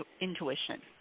intuition